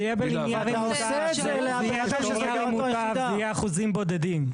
זה יהיה אחוזים בודדים.